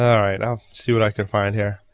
ah alright i'll see what i can find here.